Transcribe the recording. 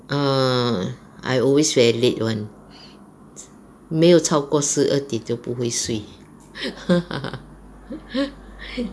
err I always very late [one] 没有超过十二点都不会睡